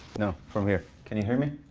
no. from here. can you hear me?